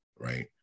right